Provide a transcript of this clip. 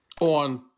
On